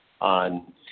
on